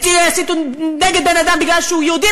אצלי לא יסיתו נגד בן-אדם כי הוא יהודי,